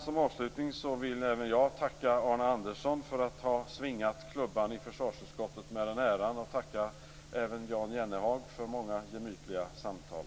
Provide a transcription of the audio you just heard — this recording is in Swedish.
Som avslutning vill även jag tacka Arne Andersson för att ha svingat klubban i försvarutskottet med den äran och tacka även Jan Jennehag för många gemytliga samtal.